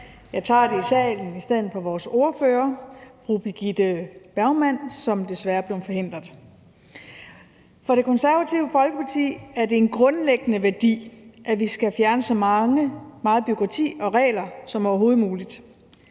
Jeg tager det i salen i stedet for vores ordfører, fru Birgitte Bergman, som desværre er blevet forhindret. For Det Konservative Folkeparti er det en grundlæggende værdi, at vi skal fjerne så meget bureaukrati og så mange regler som overhovedet muligt.